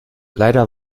leider